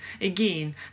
Again